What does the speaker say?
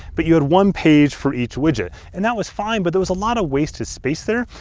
but you had one page for each widget. and that was fine, but there was a lot of wasted space there.